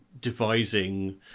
devising